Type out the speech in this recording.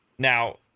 Now